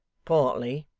partly.